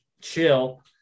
chill